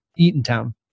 Eatontown